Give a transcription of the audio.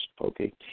okay